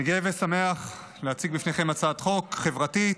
אני גאה ושמח להציג בפניכם הצעת חוק חברתית,